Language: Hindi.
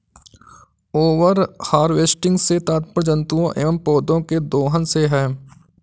ओवर हार्वेस्टिंग से तात्पर्य जंतुओं एंव पौधौं के दोहन से है